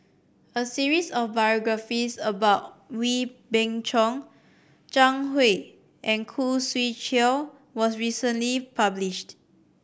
a series of biographies about Wee Beng Chong Zhang Hui and Khoo Swee Chiow was recently published